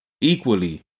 Equally